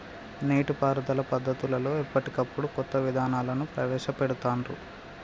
నీటి పారుదల పద్దతులలో ఎప్పటికప్పుడు కొత్త విధానాలను ప్రవేశ పెడుతాన్రు